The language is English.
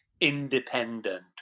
independent